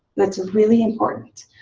that's really important.